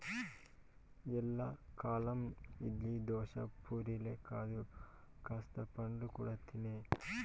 ఎల్లకాలం ఇడ్లీ, దోశ, పూరీలే కాదు కాస్త పండ్లు కూడా తినే